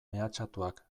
mehatxatuak